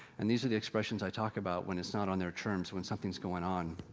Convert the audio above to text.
and these are the expressions i talk about when it's not on their terms, when something's going on.